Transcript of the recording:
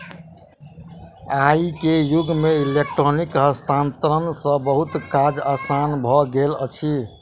आई के युग में इलेक्ट्रॉनिक हस्तांतरण सॅ बहुत काज आसान भ गेल अछि